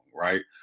right